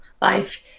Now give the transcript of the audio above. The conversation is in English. life